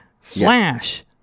Flash